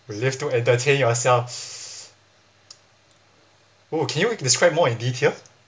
we live to entertain yourself oh can you describe more in detail